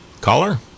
Caller